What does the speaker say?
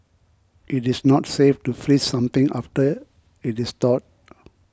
it is not safe to freeze something after it is thawed